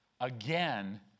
again